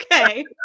okay